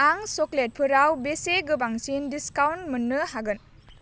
आं चकलेटफोराव बेसे गोबांसिन डिसकाउन्ट मोननो हागोन